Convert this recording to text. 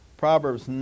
Proverbs